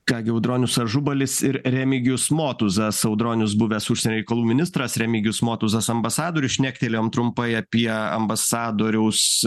ką gi audronius ažubalis ir remigijus motuzas audronius buvęs užsienio reikalų ministras remigijus motuzas ambasadorius šnektelėjom trumpai apie ambasadoriaus